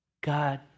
God